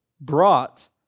brought